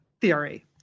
theory